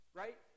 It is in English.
right